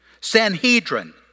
Sanhedrin